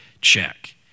check